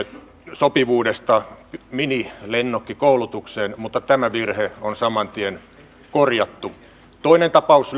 sopivuudesta minilennokkikoulutukseen mutta tämä virhe on saman tien korjattu toinen tapaus